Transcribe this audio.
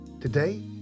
Today